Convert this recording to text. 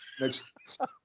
next